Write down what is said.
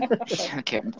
Okay